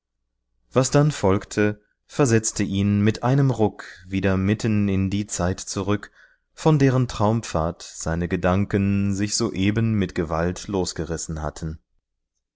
was dann folgte versetzte ihn mit einem ruck wieder mitten in die zeit zurück von deren traumpfad seine gedanken sich soeben mit gewalt losgerissen hatten